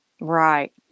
Right